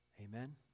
amen